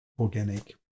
organic